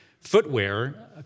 footwear